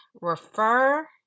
refer